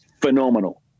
phenomenal